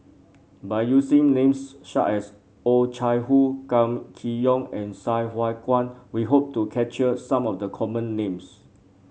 by using names such as Oh Chai Hoo Kam Kee Yong and Sai Hua Kuan we hope to capture some of the common names